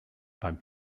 beim